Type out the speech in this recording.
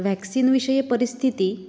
vaccine विषये परिस्थितिः